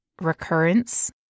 recurrence